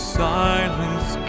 silence